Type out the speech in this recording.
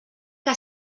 que